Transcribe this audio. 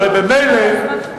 הרי ממילא,